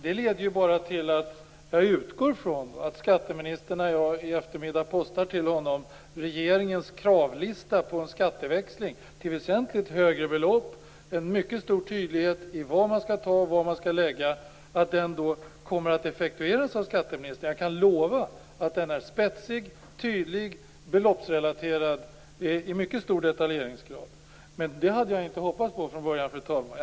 När jag i eftermiddag till skatteministern postar Centerns kravlista på skatteväxling till väsentligt högre belopp, med en mycket stor tydlighet i vad man skall ta och vad man skall lägga, utgår jag från att den kommer att effektueras av skatteministern. Jag kan lova att den är spetsig, tydlig och beloppsrelaterad i mycket stor detaljeringsgrad. Men det hade jag inte hoppats på från början, fru talman.